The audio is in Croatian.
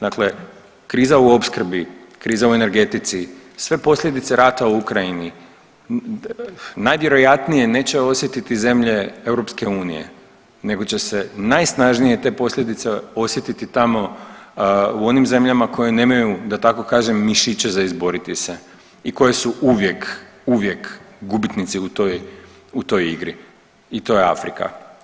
Dakle, kriza u opskrbi, kriza u energetici, sve posljedice rata u Ukrajini najvjerojatnije neće osjetiti zemlje EU, nego će se najsnažnije te posljedice osjetiti tamo u onim zemljama koje nemaju da tako kažem mišiće za izboriti se i koje su uvijek, uvijek gubitnici u toj igri i to je Afrika.